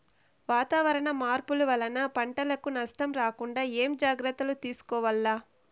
వాతావరణ మార్పులు వలన పంటలకు నష్టం రాకుండా ఏమేం జాగ్రత్తలు తీసుకోవల్ల?